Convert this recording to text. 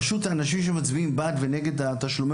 פשוט האנשים שמצביעים בעד ונגד תשלומי